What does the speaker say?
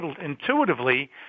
intuitively